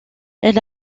elle